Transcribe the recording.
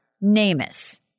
NamUs